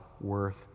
worth